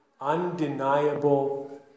undeniable